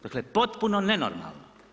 Dakle, potpuno nenormalno.